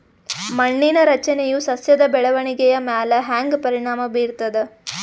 ಮಣ್ಣಿನ ರಚನೆಯು ಸಸ್ಯದ ಬೆಳವಣಿಗೆಯ ಮ್ಯಾಲ ಹ್ಯಾಂಗ ಪರಿಣಾಮ ಬೀರ್ತದ?